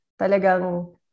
talagang